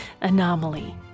Anomaly